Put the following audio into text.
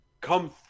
come